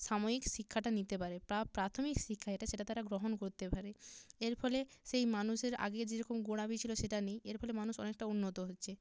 সাময়িক শিক্ষাটা নিতে পারে প্রা প্রাথমিক শিক্ষা যেটা সেটা তারা গ্রহণ করতে পারে এর ফলে সেই মানুষের আগে যেরকম গোঁড়ামি ছিলো সেটা আর নেই এর ফলে মানুষ অনেকটা উন্নত হচ্ছে